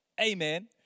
Amen